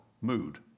mood